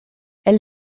elle